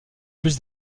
plus